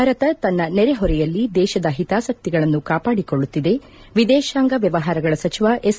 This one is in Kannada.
ಭಾರತ ತನ್ನ ನೆರೆಹೊರೆಯಲ್ಲಿ ದೇಶದ ಹಿತಾಸಕ್ಕಿಗಳನ್ನು ಕಾಪಾಡಿಕೊಳ್ಳುತ್ತಿದೆ ವಿದೇಶಾಂಗ ವ್ಯವಹಾರಗಳ ಸಚಿವ ಎಸ್